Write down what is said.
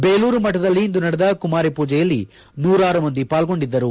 ಬೇಲೂರು ಮಠದಲ್ಲಿ ಇಂದು ನಡೆದ ಕುಮಾರಿ ಪೂಜೆಯಲ್ಲಿ ನೂರಾರು ಮಂದಿ ಪಾಲ್ಗೊಂಡಿದ್ದರು